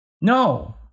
No